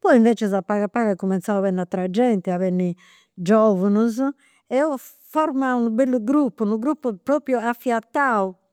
Poi invecias a pagu a pagu at cumenzau a benniri ateras genti, a benniri giovunus. E eus formau u' bellu gruppu, unu gruppu propriu afiatau